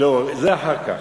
לא, זה אחר כך.